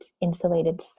insulated